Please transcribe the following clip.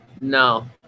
No